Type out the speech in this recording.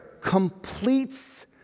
completes